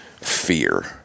fear